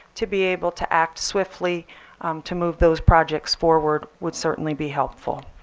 to be able to act swiftly to move those projects forward, would certainly be helpful.